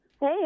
Hey